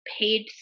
paid